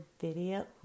video